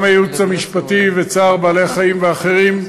גם לייעוץ המשפטי, ל"צער בעלי-חיים" והאחרים,